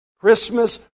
Christmas